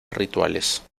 rituales